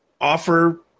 offer